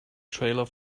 trailer